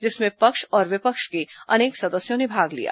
जिसमें पक्ष और विपक्ष के अनेक सदस्यों ने भाग लिया